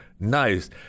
nice